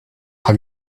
have